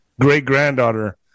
great-granddaughter